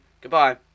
goodbye